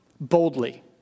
boldly